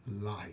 life